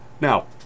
Now